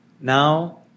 Now